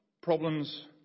problems